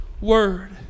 word